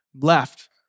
left